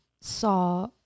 saw –